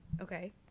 Okay